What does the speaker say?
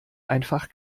einfach